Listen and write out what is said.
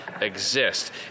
exist